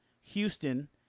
Houston